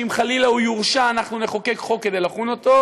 שאם חלילה הוא יורשע אנחנו נחוקק חוק כדי לחון אותו,